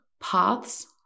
paths